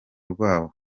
rwabo